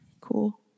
cool